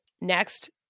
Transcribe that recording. Next